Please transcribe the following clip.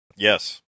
Yes